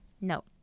No